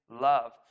love